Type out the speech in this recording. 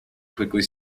quickly